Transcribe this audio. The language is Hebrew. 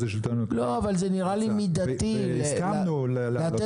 השלטון המקומי רצה והסכמנו ל --- לא,